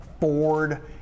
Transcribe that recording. Ford